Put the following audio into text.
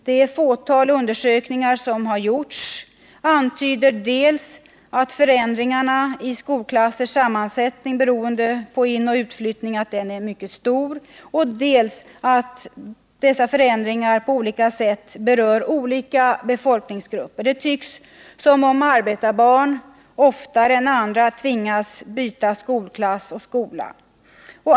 Det fåtal undersökningar som har gjorts antyder dels att förändringarna i skolklassers sammansättning, beroende på utoch inflyttning, är mycket stora, dels att dessa förändringar på olika sätt berör olika befolkningsgrupper. Det tycks som om arbetarbarn oftare än andra barn tvingas byta skolklass och skola.